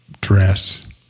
dress